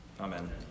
Amen